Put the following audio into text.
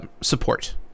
support